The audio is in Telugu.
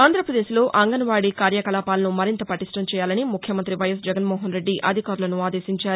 ఆంధ్రప్రదేశ్లో అంగన్వాడీ కార్యకలాపాలను మరింత పటిష్టం చేయాలని ముఖ్యమంత్రి వైయస్ జగన్మోహన్ రెడ్డి అధికారులను ఆదేశించారు